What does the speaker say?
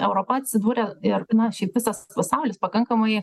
europa atsidūrė ir na šiaip visas pasaulis pakankamai